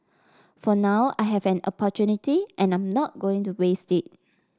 for now I have an opportunity and I'm not going to waste it